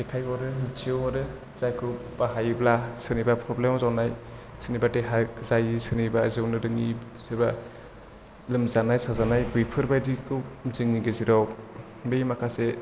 दैथायहरो मिथिहरो जायखो बाहायोब्ला सोरनिबा फ्रब्लेमाव जानाय सोरनिबा देहायाव जानाय जौनो रोङि सोरनिबा देहायाव जानाय लोमजानाय साजानाय बेफोर बायदिखौ जोंनि गेजेराव बे माखासे